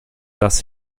das